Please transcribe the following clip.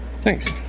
Thanks